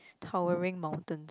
towering mountains